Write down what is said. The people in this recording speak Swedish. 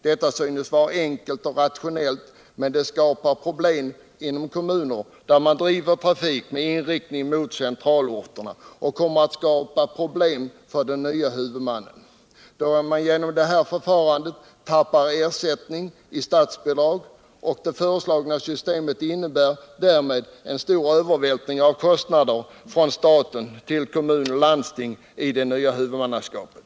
Det synes vara enkelt och rationellt, men det skapar problem inom kommuner där man driver trafik med inriktning mot centralorterna. Och det kommer att skapa problem för de nya huvudmännen då de genom detta förfarande tappar ersättning i form av statsbidrag. Det föreslagna systemet innebär därmed en stor övervältring av kostnader från staten till kommuner och landsting i det nya huvudmannaskapet.